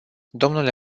dle